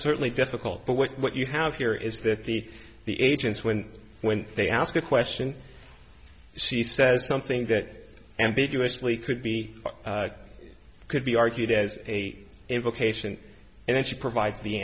certainly difficult but what you have here is that the the agents when when they ask a question she says something that ambiguously could be could be argued as a invocation and then she provides the